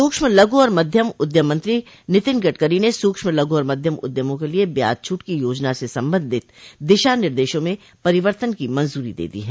सूक्ष्म लघु और मध्यम उद्यम मंत्री नितिन गडकरी ने सूक्ष्म लघु और मध्यम उद्यमों के लिए ब्याज छूट की योजना से संबंधित दिशा निर्देशों में परिवर्तन की मंजूरी दे दी है